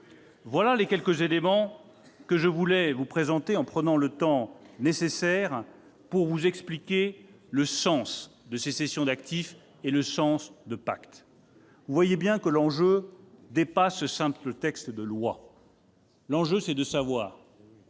voilà les quelques éléments que je voulais vous présenter, en prenant le temps nécessaire pour vous expliquer le sens de ces cessions d'actifs et le sens de ce projet de loi PACTE. Vous le voyez bien, l'enjeu dépasse ce simple texte : l'enjeu, c'est de savoir